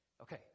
Okay